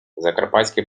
закарпатські